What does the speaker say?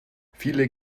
viele